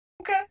okay